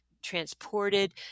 Transported